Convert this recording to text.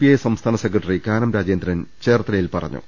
I സംസ്ഥാന secretary Kanam Rajendran ചേർത്തലയിൽ പറഞ്ഞു